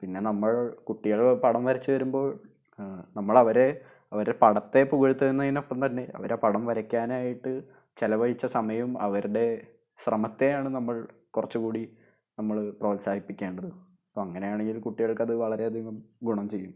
പിന്നെ നമ്മൾ കുട്ടികൾ പടം വരച്ച് വരുമ്പോൾ നമ്മൾ അവരെ അവരെ പടത്തെ പുകഴ്ത്തുന്നതിനൊപ്പം തന്നെ അവർ ആ പടം വരയ്ക്കാനായിട്ട് ചിലവഴിച്ച സമയവും അവരുടെ ശ്രമത്തെയാണ് നമ്മൾ കുറച്ച് കൂടി നമ്മൾ പ്രോത്സാഹിപ്പിക്കേണ്ടത് അങ്ങനെ ആണെങ്കിൽ കുട്ടികൾക്ക് അത് വളരെ അധികം ഗുണം ചെയ്യും